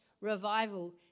Revival